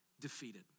defeated